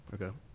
Okay